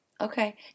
Okay